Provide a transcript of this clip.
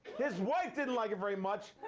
his wife didn't like it very much. ooohhh!